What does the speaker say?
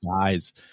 guys